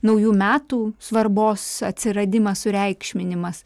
naujų metų svarbos atsiradimas sureikšminimas